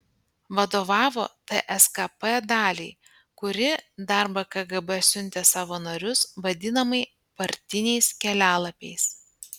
vadovavo tskp daliai kuri darbą kgb siuntė savo narius vadinamai partiniais kelialapiais